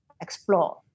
explore